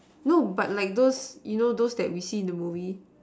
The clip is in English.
no but like those you know those that we see in the movie